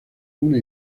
una